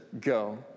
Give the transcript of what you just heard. go